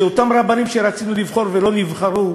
שאותם רבנים שרצינו לבחור ולא נבחרו,